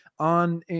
On